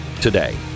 today